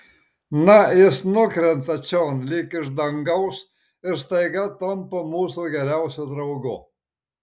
na jis nukrenta čion lyg iš dangaus ir staiga tampa mūsų geriausiu draugu